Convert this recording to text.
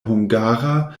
hungara